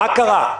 מה קרה?